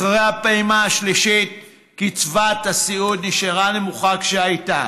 אחרי הפעימה השלישית קצבת הסיעוד נשארה נמוכה כשהייתה.